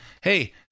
Hey